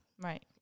Right